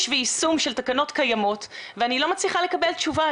ויישום של תקנות קיימות ואני לא מצליחה לקבל תשובה.